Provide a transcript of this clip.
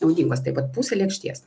naudingos tai vat pusė lėkštės